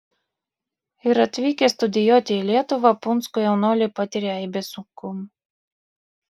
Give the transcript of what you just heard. ir atvykę studijuoti į lietuvą punsko jaunuoliai patiria aibes sunkumų